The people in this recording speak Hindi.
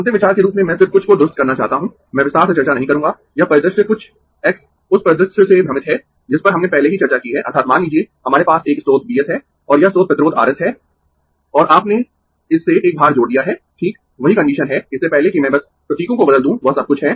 अंतिम विचार के रूप में मैं सिर्फ कुछ को दुरस्त करना चाहता हूं मैं विस्तार से चर्चा नहीं करूंगा यह परिदृश्य कुछ × उस परिदृश्य से भ्रमित है जिस पर हमने पहले ही चर्चा की है अर्थात् मान लीजिये हमारे पास एक स्रोत V s है और यह स्रोत प्रतिरोध R s है और आपने इससे एक भार जोड़ दिया है ठीक वही कंडीशन है इससे पहले कि मैं बस प्रतीकों को बदल दूं वह सब कुछ है